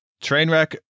Trainwreck